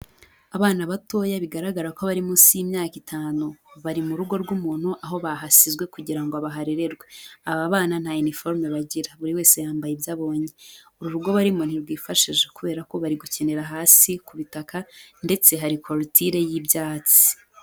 Abana batoya bigaragara ko bari munsi y'imyaka itanu, bari mu rugo rw'umuntu aho bahasizwe kugira ngo baharererwe. Aba bana nta iniforume bagira, buri wese yambaye ibyo abonye. Uru rugo barimo ntirwifashije kubera ko bari gukinira hasi ku butaka ndetse hari korotire y'ibyatsi.